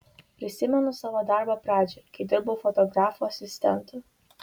prisimenu savo darbo pradžią kai dirbau fotografų asistentu